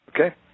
Okay